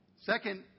Second